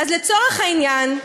אז לצורך העניין,